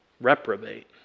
reprobate